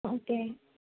okay